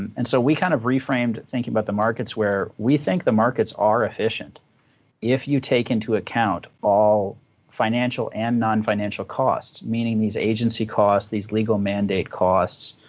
and so we kind of reframed thinking about the markets, where we think the markets are efficient if you take into account all financial and non-financial costs, meaning these agency costs, these legal mandate costs,